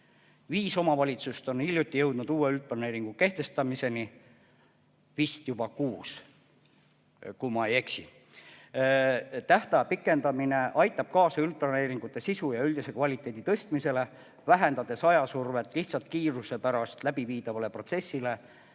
Viis omavalitsust on hiljuti jõudnud uue üldplaneeringu kehtestamiseni või vist juba kuus, kui ma ei eksi. Tähtaja pikendamine aitab kaasa üldplaneeringute sisu ja üldise kvaliteedi tõstmisele, vähendades ajasurvet lihtsalt kiiruse pärast läbiviidavale protsessile